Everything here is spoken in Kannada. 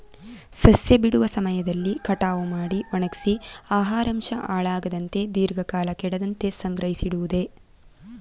ಸಸ್ಯ ಬಿಡುವ ಸಮಯದಲ್ಲಿ ಕಟಾವು ಮಾಡಿ ಒಣಗ್ಸಿ ಆಹಾರಾಂಶ ಹಾಳಾಗದಂತೆ ದೀರ್ಘಕಾಲ ಕೆಡದಂತೆ ಸಂಗ್ರಹಿಸಿಡಿವುದೆ ಮೇವು